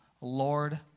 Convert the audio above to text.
Lord